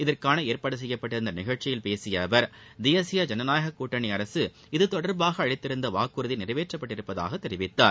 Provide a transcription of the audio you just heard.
இதற்காக ஏற்பாடு செய்யப்பட்டிருந்த நிகழ்ச்சியில் பேசிய அவர் தேசிய ஜனநாயகக் கூட்டணி அரசு இதுதொடர்பாக அளித்திருந்த வாக்குறுதி நிறைவேற்றப்பட்டிருப்பதாகத் தெரிவித்தார்